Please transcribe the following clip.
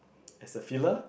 as a fellow